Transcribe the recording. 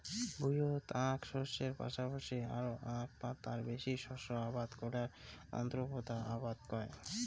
ভুঁইয়ত আক শস্যের পাশাপাশি আরো আক বা তার বেশি শস্য আবাদ করাক আন্তঃপোতা আবাদ কয়